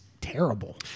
terrible